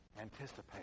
Anticipate